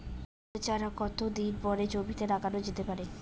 Tomato চারা কতো দিন পরে জমিতে লাগানো যেতে পারে?